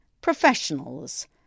professionals